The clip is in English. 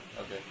Okay